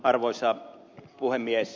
arvoisa puhemies